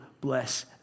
bless